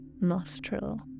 nostril